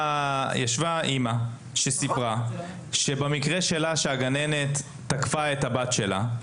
אימא שסיפרה שבמקרה שלה שהגננת תקפה את הבת שלה,